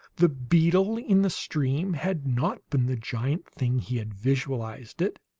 the beetle in the stream had not been the giant thing he had visualized it